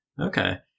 Okay